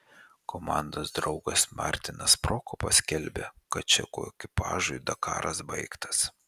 komandos draugas martinas prokopas skelbia kad čekų ekipažui dakaras baigtas